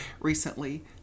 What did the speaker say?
recently